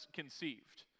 conceived